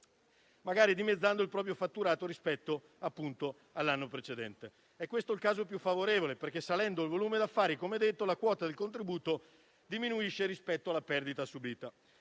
magari dimezzando il loro fatturato rispetto all'anno precedente. Questo è il caso più favorevole, perché, salendo il volume d'affari, come detto, la quota del contributo diminuisce rispetto alla perdita subita.